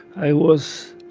i was